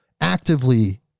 actively